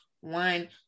one